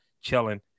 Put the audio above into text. chilling